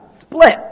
split